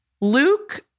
Luke